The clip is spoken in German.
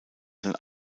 sein